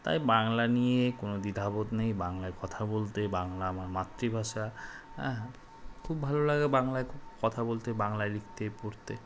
তাই বাংলা নিয়ে কোনো দ্বিধাবোধ নেই বাংলায় কথা বলতে বাংলা আমার মাতৃভাষা হ্যাঁ খুব ভালো লাগে বাংলায় কথা বলতে বাংলায় লিখতে পড়তে